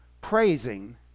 praising